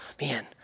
man